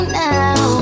now